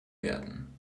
werden